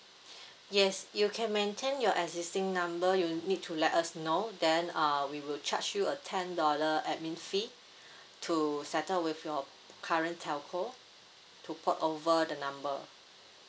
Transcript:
yes you can maintain your existing number you need to let us know then uh we will charge you a ten dollar admin fee to settle with your current telco to port over the number